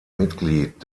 mitglied